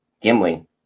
Gimli